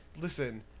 listen